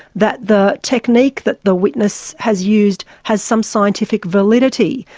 that the technique that the witness has used has some scientific validity,